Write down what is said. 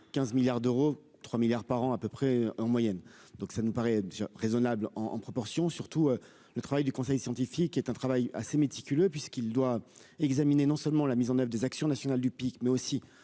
15 milliards d'euros, 3 milliards par an à peu près, en moyenne, donc ça nous paraît être raisonnable en en proportion surtout le travail du conseil scientifique est un travail assez méticuleux, puisqu'il doit examiner non seulement la mise en oeuvre des actions nationales du pic, mais aussi